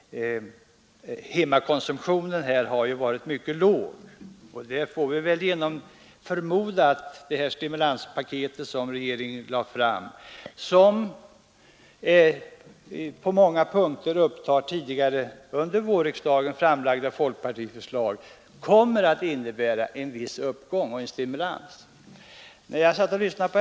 Hemmakonsumtionen har emellertid varit mycket låg, och vi får förmoda att det stimulanspaket som regeringen har lagt fram och som på många punkter upptar under vårriksdagen framförda folkpartiförslag kommer att medföra en stimulans och därmed en viss uppgång.